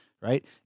right